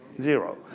zero,